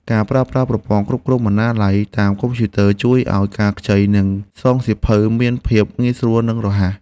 ការប្រើប្រាស់ប្រព័ន្ធគ្រប់គ្រងបណ្ណាល័យតាមកុំព្យូទ័រជួយឱ្យការខ្ចី និងសងសៀវភៅមានភាពងាយស្រួលនិងរហ័ស។